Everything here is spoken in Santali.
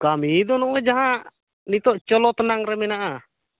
ᱠᱟᱹᱢᱤ ᱫᱚ ᱱᱚᱜᱼᱚᱭ ᱡᱟᱦᱟᱸ ᱱᱤᱛᱚᱜ ᱪᱚᱞᱚᱛ ᱱᱟᱝ ᱨᱮ ᱢᱮᱱᱟᱜᱼᱟ